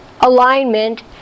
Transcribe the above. alignment